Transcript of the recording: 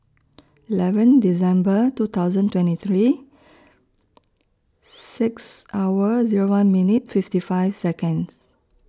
eleven December two thousand twenty three six hours Zero one minutes fifty five Seconds